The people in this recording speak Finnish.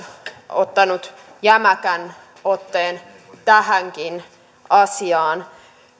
ottanut jämäkän otteen tähänkin asiaan